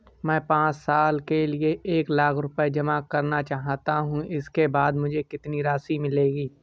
मैं पाँच साल के लिए एक लाख रूपए जमा करना चाहता हूँ इसके बाद मुझे कितनी राशि मिलेगी?